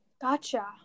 Gotcha